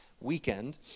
weekend